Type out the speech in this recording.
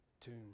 tomb